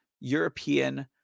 European